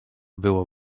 było